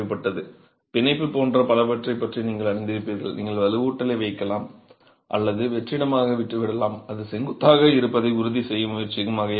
Flemish பிணைப்பு ஆங்கிலப் பிணைப்பு மற்றும் எலி பொறி பிணைப்பு போன்ற பலவற்றைப் பற்றி நீங்கள் அறிந்திருப்பீர்கள் நீங்கள் வலுவூட்டலை வைக்கலாம் அல்லது வெற்றிடமாக விட்டுவிடலாம் இது செங்குத்தாக இருப்பதை உறுதிசெய்ய முயற்சிக்கும் வகையாகும்